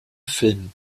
film